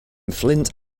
flint